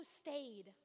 stayed